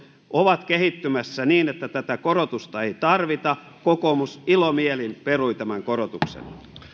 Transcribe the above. ovat kehittymässä niin että tätä korotusta ei tarvita kokoomus ilomielin perui tämän korotuksen